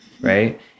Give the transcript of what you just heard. right